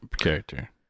character